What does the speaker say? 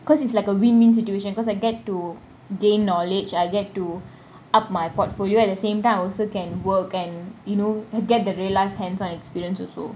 because it's like a win win situation because I get to gain knowledge I get to up my portfolio at the same time I also can work and you know get the real life hands on experience also